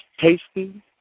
tasty